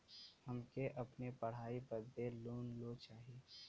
हमके अपने पढ़ाई बदे लोन लो चाही?